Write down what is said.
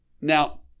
now